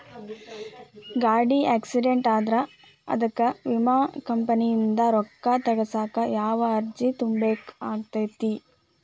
ಗಾಡಿ ಆಕ್ಸಿಡೆಂಟ್ ಆದ್ರ ಅದಕ ವಿಮಾ ಕಂಪನಿಯಿಂದ್ ರೊಕ್ಕಾ ತಗಸಾಕ್ ಯಾವ ಅರ್ಜಿ ತುಂಬೇಕ ಆಗತೈತಿ?